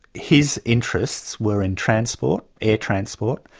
his interests were in transport, air transport,